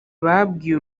babwiye